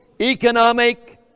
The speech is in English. economic